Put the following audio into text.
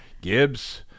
Gibbs